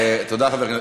תודה, חבר הכנסת.